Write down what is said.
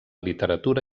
literatura